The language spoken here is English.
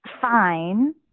fine